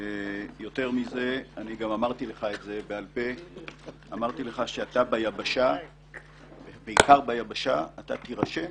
אני גם אמרתי לך שאתה ביבשה בעיקר ביבשה אתה תירשם